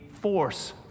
force